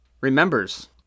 remembers